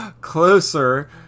closer